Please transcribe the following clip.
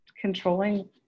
controlling